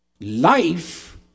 Life